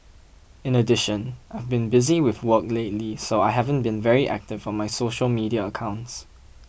in addition I've been busy with work lately so I haven't been very active on my social media accounts